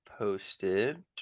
posted